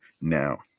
now